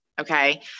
okay